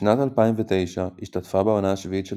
בשנת 2009 השתתפה בעונה השביעית של